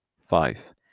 five